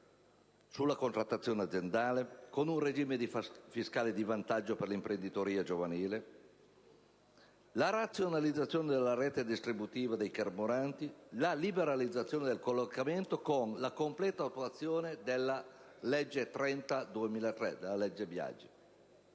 della contrattazione aziendale, un regime fiscale di vantaggio per l'imprenditoria giovanile e in mobilità, la razionalizzazione della rete distributiva dei carburanti e la liberalizzazione del collocamento, con la completa attuazione della legge n. 30 del 2003 (legge Biagi).